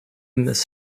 miss